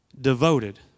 devoted